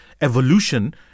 Evolution